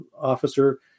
officer